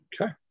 Okay